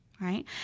right